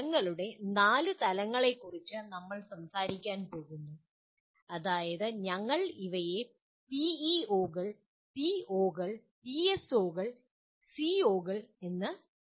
ഫലങ്ങളുടെ 4 തലങ്ങളെക്കുറിച്ച് നമ്മൾ സംസാരിക്കാൻ പോകുന്നു അതായത് ഞങ്ങൾ അവയെ പിഇഒകൾ പിഒകൾ പിഎസ്ഒകൾ സിഒകൾ എന്ന് വിളിക്കുന്നു